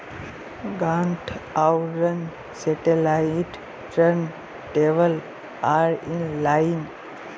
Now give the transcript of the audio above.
गांठ आवरण satellite turn table are in line